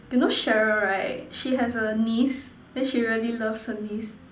you know Sheryl right she has a niece then she really loves her niece